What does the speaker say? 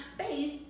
space